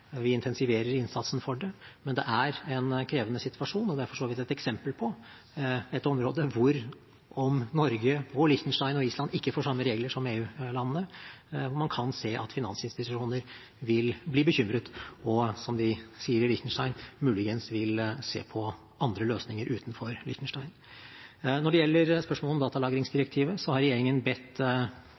vi intensiverer innsatsen for det, men det er en krevende situasjon, og det er for så vidt et eksempel på et område hvor, om Norge, Liechtenstein og Island ikke får samme regler som EU-landene, man kan se at finansinstitusjoner vil bli bekymret – og som de sier i Liechtenstein, muligens vil se på andre løsninger utenfor Liechtenstein. Når det gjelder spørsmålet om datalagringsdirektivet, har regjeringen bedt